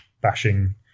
bashing